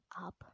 up